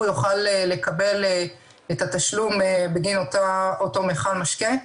יוכל לקבל את התשלום בגין אותו מכל משקה.